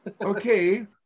Okay